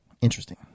Interesting